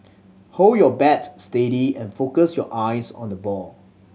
hold your bat steady and focus your eyes on the ball